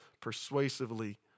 persuasively